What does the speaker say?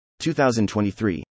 2023